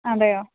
അതെയോ